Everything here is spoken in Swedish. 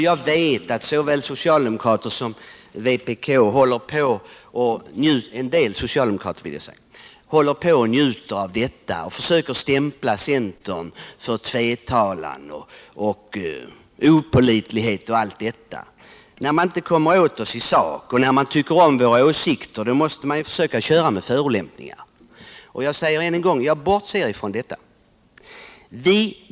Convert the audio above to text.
Jag vet att såväl en del socialdemokrater som vpk-are njuter av detta och beskyller centern för tvetalan och opålitlighet. När man inte kommer åt oss i sak och när man tycker om våra åsikter, då måste man försöka köra med förolämpningar. Men jag säger än en gång: Jag bortser från detta.